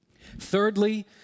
Thirdly